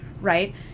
right